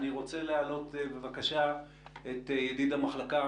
אני רוצה להעלות בבקשה את ידיד המחלקה,